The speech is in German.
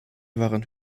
waren